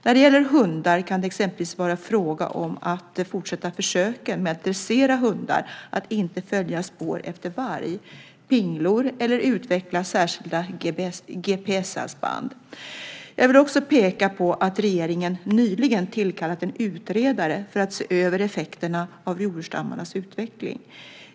När det gäller hundar kan det exempelvis vara fråga om att fortsätta försöken med att dressera hundar att inte följa spår efter varg, pinglor eller utveckla särskilda GPS-halsband. Jag vill också peka på att regeringen nyligen tillkallat en utredare för att se över effekterna av rovdjursstammarnas utveckling.